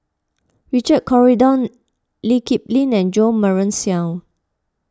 Richard Corridon Lee Kip Lin and Jo Marion Seow